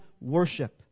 worship